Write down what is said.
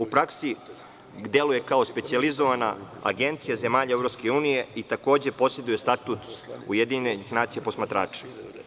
U praksi deluje kao specijalizovana agencija zemalja EU i takođe poseduje statut Ujedinjenih nacija posmatrača.